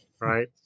right